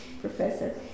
professor